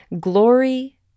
Glory